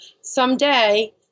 someday